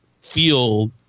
feel